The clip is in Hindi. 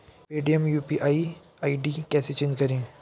पेटीएम यू.पी.आई आई.डी कैसे चेंज करें?